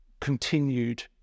continued